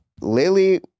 Lily